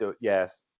yes